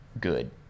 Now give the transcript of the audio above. good